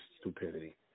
stupidity